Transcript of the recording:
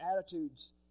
attitudes